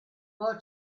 può